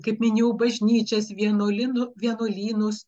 kaip minėjau bažnyčias vienuolinų vienuolynus